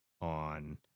on